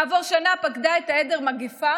כעבור שנה פקדה את העדר מגפה